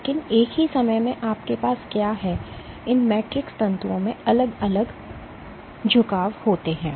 लेकिन एक ही समय में आपके पास क्या है इन मैट्रिक्स तंतुओं में अलग अलग झुकाव होते हैं